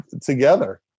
together